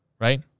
right